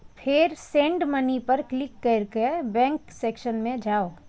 फेर send money पर click कैर के बैंक सेक्शन मे जाउ